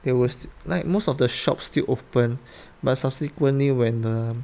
there was like most of the shops still open but subsequently when uh